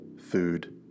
Food